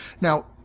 now